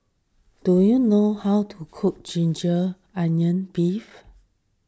do you know how to cook Ginger Onions Beef